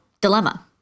dilemma